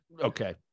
Okay